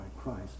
Christ